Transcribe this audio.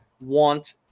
want